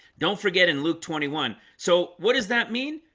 don't forget in luke twenty one. so what does that mean?